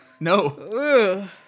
No